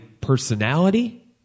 personality